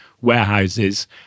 warehouses